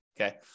Okay